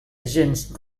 gens